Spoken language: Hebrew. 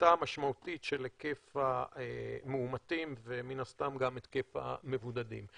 וההפחתה המשמעותית של היקף המאומתים ומן הסתם גם היקף המבודדים.